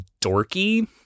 dorky